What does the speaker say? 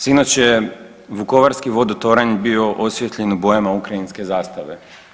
Sinoć je vukovarski vodotoranj bio osvijetljen bojama ukrajinske zastave.